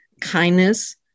kindness